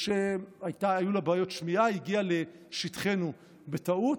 שהיו לה בעיות שמיעה, היא הגיעה לשטחנו בטעות,